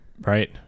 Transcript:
Right